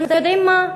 אתם יודעים מה?